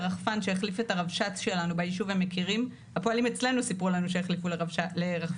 פשוט אנחנו צופים בשב"חים שעוברים באופן סוריאליסטי ליד ניידת המשטרה.